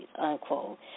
unquote